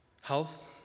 health